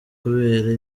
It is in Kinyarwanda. kubera